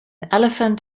elephant